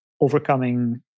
overcoming